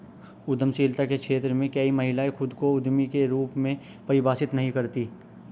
उद्यमशीलता के क्षेत्र में कई महिलाएं खुद को उद्यमी के रूप में परिभाषित नहीं करती